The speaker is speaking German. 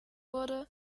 wurde